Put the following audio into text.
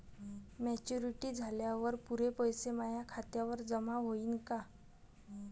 Maturity झाल्यावर पुरे पैसे माया खात्यावर जमा होईन का?